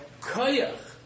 koyach